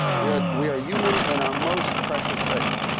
we are we are human in our most precious ways,